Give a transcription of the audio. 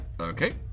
Okay